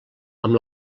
amb